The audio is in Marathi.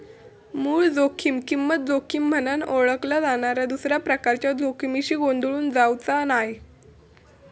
मूळ जोखीम किंमत जोखीम म्हनान ओळखल्या जाणाऱ्या दुसऱ्या प्रकारच्या जोखमीशी गोंधळून जावचा नाय